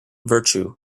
virtue